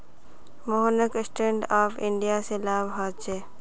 मोहनक stand up India स लाभ ह छेक